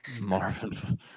marvin